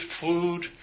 food